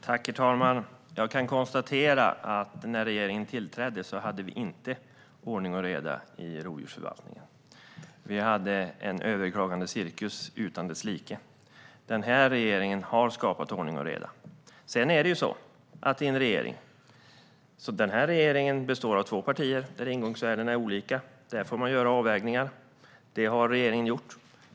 Herr talman! Jag kan konstatera att när regeringen tillträdde hade vi inte ordning och reda i rovdjursförvaltningen. Vi hade en överklagandecirkus utan dess like. Den här regeringen har skapat ordning och reda. Regeringen består av två partier där ingångsvärdena är olika. Där får man göra avvägningar. Det har regeringen gjort.